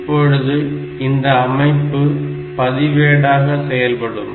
இப்பொழுது இந்த அமைப்பு பதிவேடாக செயல்படும்